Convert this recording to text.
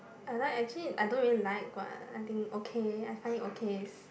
I like actually I don't really like but I think okay I find it okay is